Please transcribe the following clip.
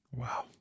Wow